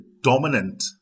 dominant